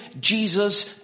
Jesus